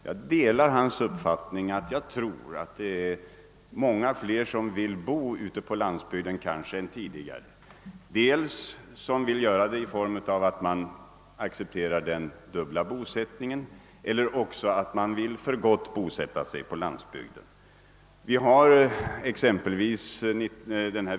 Jag delar hans uppfattning att det är många fler som vill bo ute på landsbygden nu än tidigare, antingen såsom en dubbel bosättning eller en permanent bosättning.